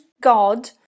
God